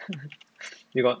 you got